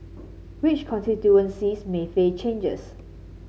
which constituencies may face changes